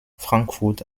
frankfurt